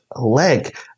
leg